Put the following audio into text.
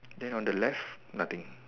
there on the left nothing